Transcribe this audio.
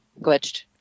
glitched